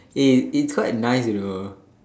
eh it's quite nice you know